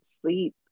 sleep